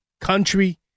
country